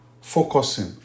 Focusing